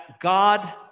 God